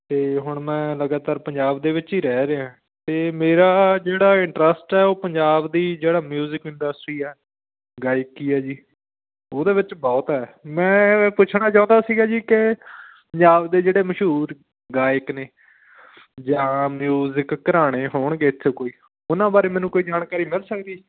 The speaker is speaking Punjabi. ਅਤੇ ਹੁਣ ਮੈਂ ਲਗਾਤਾਰ ਪੰਜਾਬ ਦੇ ਵਿੱਚ ਹੀ ਰਹਿ ਰਿਹਾ ਅਤੇ ਮੇਰਾ ਜਿਹੜਾ ਇੰਟਰਸਟ ਹੈ ਉਹ ਪੰਜਾਬ ਦੀ ਜਿਹੜਾ ਮਿਊਜਿਕ ਇੰਡਸਟਰੀ ਹੈ ਗਾਇਕੀ ਹੈ ਜੀ ਉਹਦੇ ਵਿੱਚ ਬਹੁਤ ਹੈ ਮੈਂ ਪੁੱਛਣਾ ਚਾਹੁੰਦਾ ਸੀਗਾ ਜੀ ਕਿ ਪੰਜਾਬ ਦੇ ਜਿਹੜੇ ਮਸ਼ਹੂਰ ਗਾਇਕ ਨੇ ਜਾਂ ਮਿਊਜ਼ਿਕ ਘਰਾਣੇ ਹੋਣਗੇ ਇੱਥੇ ਕੋਈ ਉਹਨਾਂ ਬਾਰੇ ਮੈਨੂੰ ਕੋਈ ਜਾਣਕਾਰੀ ਮਿਲ ਸਕਦੀ ਹੈ ਜੀ